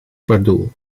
pardoel